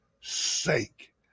sake